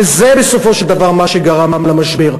וזה בסופו של דבר מה שגרם למשבר.